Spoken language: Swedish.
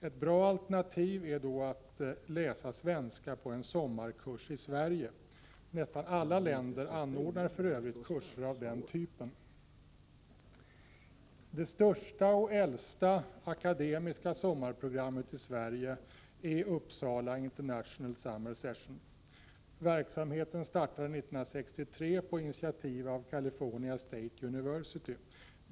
Ett bra alternativ är då att läsa svenska på en sommarkurs i Sverige. Nästan alla länder anordnar för övrigt kurser av den typen. Det största och äldsta akademiska sommarprogrammet i Sverige är Uppsala International Summer Session. Verksamheten startade 1963 på initiativ av California State University.